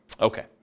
Okay